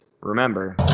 remember